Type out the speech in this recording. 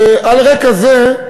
על רקע זה,